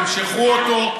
תמשכו אותו.